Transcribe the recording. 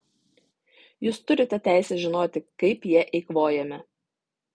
jūs turite teisę žinoti kaip jie eikvojami